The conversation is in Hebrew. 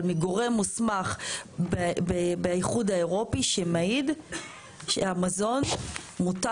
אבל מגורם מוסמך באיחוד האירופי שמצהיר שהמזון מותר